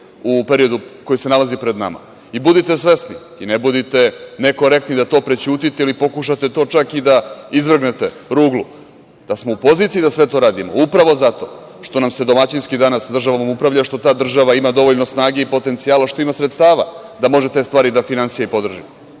u periodu koji se nalazi pred nama. Budite svesni i ne budite nekorektni da to prećutite ili pokušate to čak i da izvrgnete ruglu, da smo u poziciji da sve to radimo upravo zato što nam se domaćinski danas državom upravlja, što ta država ima dovoljno snage i potencijala, što ima sredstava da može te stvari da finansira i podrži.